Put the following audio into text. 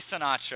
Sinatra